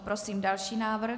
Prosím další návrh.